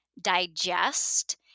digest